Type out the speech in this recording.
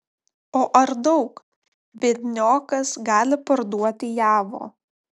o ar daug biedniokas gali parduoti javo